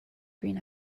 green